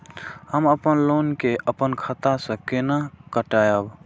हम अपन लोन के अपन खाता से केना कटायब?